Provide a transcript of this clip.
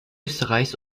österreichs